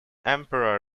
emperor